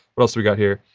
what else do we got here?